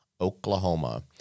Oklahoma